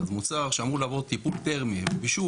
אז מוצר שאמור לעבור טיפול תרמי ובישול,